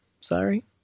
Sorry